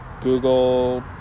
Google